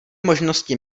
možnosti